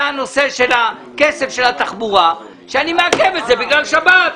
הנושא של הכסף של התחבורה ונאמר שאני מעכב אותו בגלל שבת.